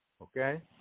okay